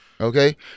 Okay